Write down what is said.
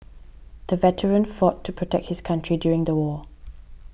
the veteran fought to protect his country during the war